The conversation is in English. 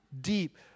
deep